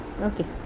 Okay